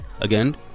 Again